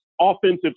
offensive